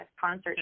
concert